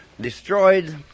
destroyed